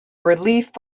relief